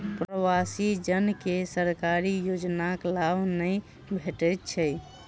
प्रवासी जन के सरकारी योजनाक लाभ नै भेटैत छै